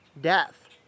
death